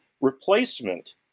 replacement